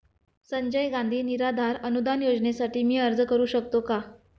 संजय गांधी निराधार अनुदान योजनेसाठी मी अर्ज करू शकतो का?